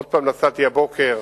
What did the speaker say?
נסעתי הבוקר